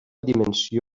dimensió